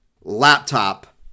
laptop